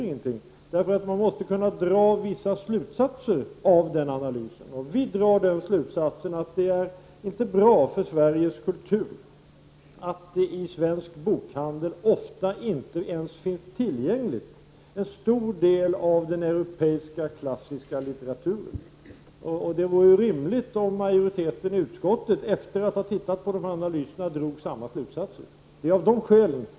Man måste kunna dra slutsatser av denna analys. Vi moderater drar den slutsatsen att det inte är bra för Sveriges kultur att en stor del av den europeiska klassiska litteraturen ofta inte ens finns tillgänglig i svensk bokhandel. Det vore rimligt att majoriteten drog samma slutsats av denna analys.